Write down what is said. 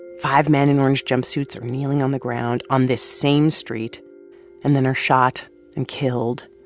five men in orange jumpsuits are kneeling on the ground on this same street and then are shot and killed.